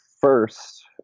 first